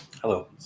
Hello